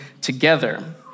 together